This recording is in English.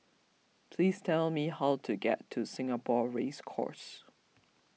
please tell me how to get to Singapore Race Course